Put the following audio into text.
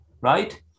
right